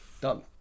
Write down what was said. Done